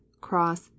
cross